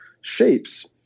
shapes